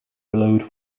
glowed